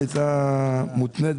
שיהיה חודש של ברכה של חשבון נפש.